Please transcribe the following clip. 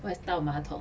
what is 抱马桶